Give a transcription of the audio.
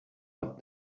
what